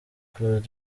close